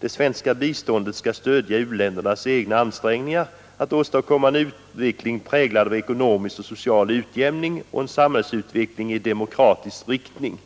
Det svenska biståndet skall stödja u-ländernas egna ansträngningar att åstadkomma en utveckling, präglad av ekonomisk och social utjämning och en samhällsutveckling i demokratisk riktning.